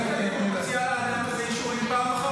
מפלגת הליכוד מוציאה לאדם הזה אישורים פעם אחר